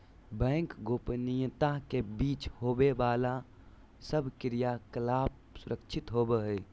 bank गोपनीयता के बीच होवे बाला सब क्रियाकलाप सुरक्षित होवो हइ